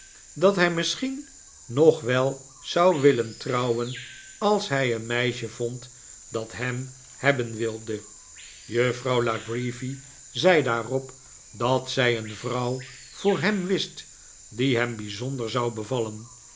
dat hij misschien nog wel zou willen trouwen als hij een meisje vond dat hem hebben wilde juffrouw la creevy zei daarop dat zij een vrouw voor hem wist die hem bijzonder zou bevallen